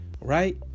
right